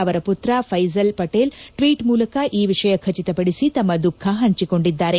ಅವರ ಪುತ್ರ ಫೈಸಲ್ ಪಟೇಲ್ ಟ್ನೀಟ್ ಮೂಲಕ ಈ ವಿಷಯ ಖಚಿತಪಡಿಸಿ ತಮ್ಮ ದುಃಖ ಪಂಚಿಕೊಂಡಿದ್ದಾರೆ